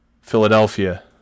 Philadelphia